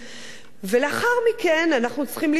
ולאחר מכן, אנחנו צריכים להתמודד,